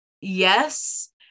yes